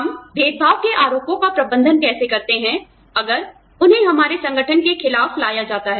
हम भेदभाव के आरोपों का प्रबंधन कैसे करते हैं अगर उन्हें हमारे संगठन के खिलाफ लाया जाता है